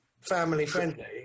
family-friendly